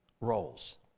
roles